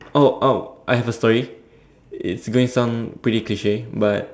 oh oh I have a story it's going to sound pretty cliche but